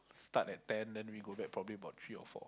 start at ten then we go back probably about three or four